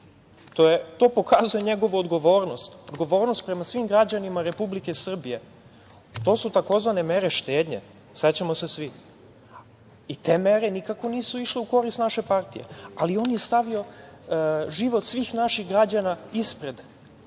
To pokazuje njegovu odgovornost, odgovornost prema svim građanima Republike Srbije. To su tzv. mere štednje, sećamo ih se svi, i te mere nikako nisu išle u korist naše partije. Ali, on je stavio život svih naših građana ispred.